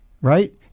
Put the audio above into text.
right